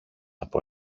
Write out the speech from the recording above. από